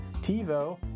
TiVo